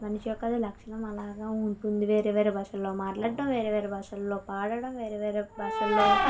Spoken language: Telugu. మనిషి యొక్క లక్షణం అలాగ ఉంటుంది వేరే వేరే భాషలలో మాట్లాడడం వేరే వేరే భాషలలో పాడడం వేరే వేరే భాషలలో